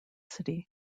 city